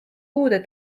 uude